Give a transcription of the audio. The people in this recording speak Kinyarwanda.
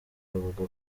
avuga